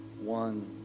one